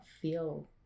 feel